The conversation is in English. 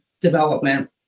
development